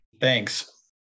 Thanks